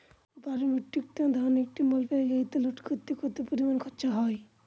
বারো metric ton ধান একটি মালবাহী গাড়িতে লোড করতে কতো পরিমাণ খরচা হয়?